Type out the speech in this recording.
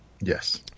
Yes